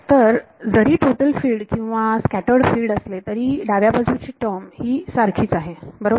तर जरी total field किंवा स्कॅटर्ड फिल्ड असले तरी डाव्या बाजूची टर्म ही सारखीच आहे बरोबर